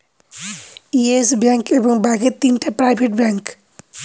yes Bank এবং বাকি তিনটা প্রাইভেট ব্যাঙ্ক